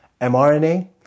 mRNA